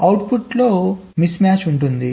కాబట్టి అవుట్పుట్లో మిస్మ్యాచ్ ఉంటుంది